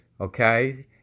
Okay